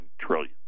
trillion